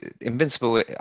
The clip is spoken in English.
Invincible